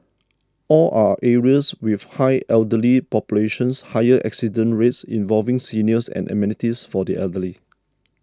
all are areas with high elderly populations higher accident rates involving seniors and amenities for the elderly